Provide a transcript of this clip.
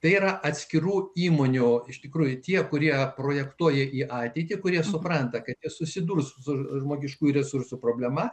tai yra atskirų įmonių iš tikrųjų tie kurie projektuoja į ateitį kurie supranta kad jis susidurs su žmogiškųjų resursų problema